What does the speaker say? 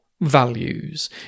values